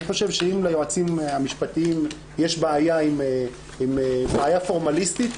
אני חושב שאם ליועצים המשפטיים יש בעיה עם בעיה פורמליסטית,